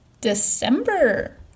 December